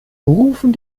rufen